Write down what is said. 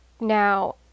Now